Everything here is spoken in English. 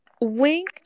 Wink